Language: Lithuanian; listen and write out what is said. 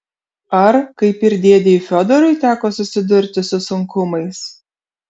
ar kaip ir dėdei fiodorui teko susidurti su sunkumais